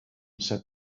said